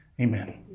amen